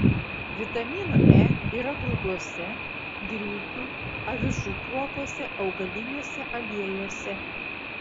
vitamino e yra grūduose grikių avižų kruopose augaliniuose aliejuose